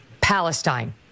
Palestine